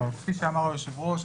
כפי שאמר היושב ראש,